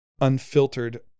unfiltered